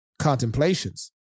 contemplations